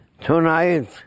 Tonight